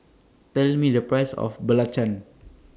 Tell Me The Price of Belacan